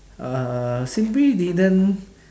uh simply didn't